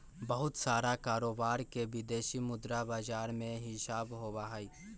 बहुत सारा कारोबार के विदेशी मुद्रा बाजार में हिसाब होबा हई